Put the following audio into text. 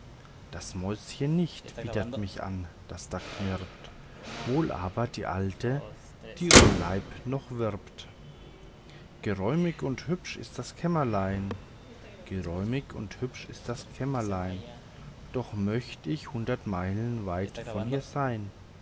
das mäuschen nicht widert mich an das da knirpt wohl aber die alte die um lieb noch wirbt geräumig und hübsch ist das kämmerlein geräumig und hübsch ist das kämmerlein doch möcht ich hundert meilen weit von hier sein